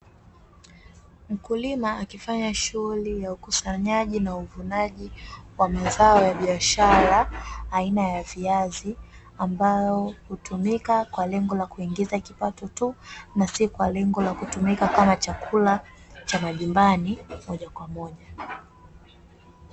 Mkulima akifanya shughuli ya ukusanyaji na uvunaji wa mazao ya biashara, aina ya viazi ambayo hutumika kwa lengo la kupata kipato tu, na si kwa lengo la kutumika kama chakula cha majumbani moja kwa moja.